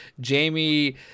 Jamie